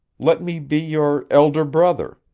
let me be your elder brother,